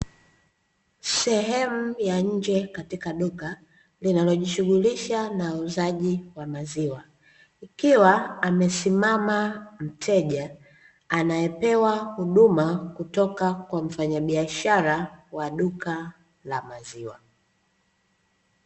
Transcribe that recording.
Sehemu ya nje katika duka linalojishughulisha na uuzaji wa maziwa, ikiwa amesimama mteja anayepewa huduma kutoka kwa mfanyabiashara wa duka la maziwa.